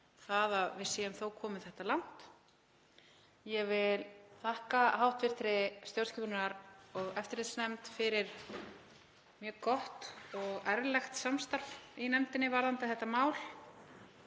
það að við séum þó komin þetta langt. Ég vil þakka hv. stjórnskipunar- og eftirlitsnefnd fyrir mjög gott og ærlegt samstarf í nefndinni varðandi þetta mál.